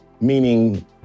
meaning